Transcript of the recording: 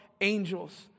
angels